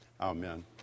Amen